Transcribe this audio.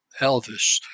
Elvis